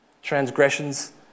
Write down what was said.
Transgressions